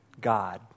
God